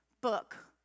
book